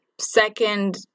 second